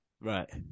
Right